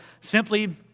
simply